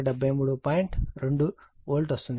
2 volt వస్తుంది